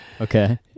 okay